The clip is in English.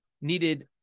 needed